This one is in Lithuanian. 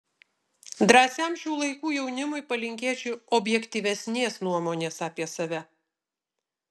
drąsiam šių laikų jaunimui palinkėčiau objektyvesnės nuomonės apie save